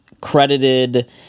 credited